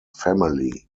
family